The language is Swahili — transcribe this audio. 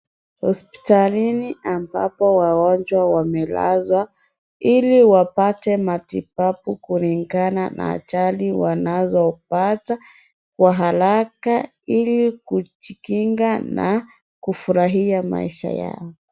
Hospitalini ambapo wagonjwa wamelazwa. Ili wapate matibabu kulingana na ajali wanazopata, kwa haraka ili kujikinga na kufurahia maisha yao.